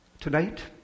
Tonight